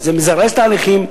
זה מזרז תהליכים,